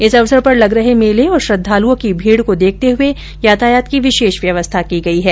इस अवसर पर लग रहे मेले और श्रद्वालुओं की मीड को देखते हुए यातायात की विशेष व्यवस्था की गई है